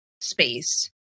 space